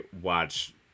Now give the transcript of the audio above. watch